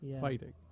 fighting